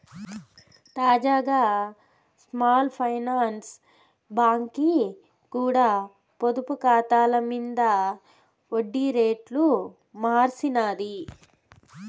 తాజాగా small finance బాంకీ కూడా పొదుపు కాతాల మింద ఒడ్డి రేట్లు మార్సినాది